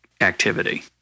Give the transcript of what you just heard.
activity